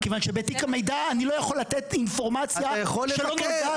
מכיוון שבתיק המידע אני לא יכול לתת אינפורמציה שלא נוגעת אליי.